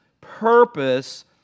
purpose